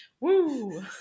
Woo